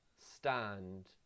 stand